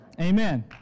Amen